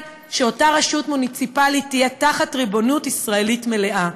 שאותה רשות מוניציפלית תהיה בריבונות ישראלית מלאה.